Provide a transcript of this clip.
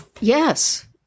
yes